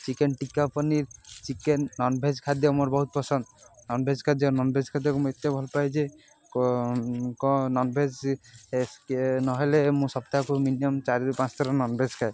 chicken tikka paneer chicken non-veg ଖାଦ୍ୟ ମୋର ବହୁତ ପସନ୍ଦ ନନଭେଜ୍ ଖାଦ୍ୟ ନନଭେଜ ଖାଦ୍ୟକୁ ମୁଁ ଏତେ ଭଲ ପାଏ ଯେ କଣ ନନଭେଜ୍ ନହେଲେ ମୁଁ ସପ୍ତାହକୁ ମିନିମମ ଚାରିରୁ ପାଞ୍ଚଥର ନନଭେଜ୍ ଖାଏ